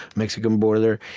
mexican border,